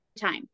time